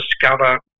discover